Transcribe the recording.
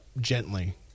gently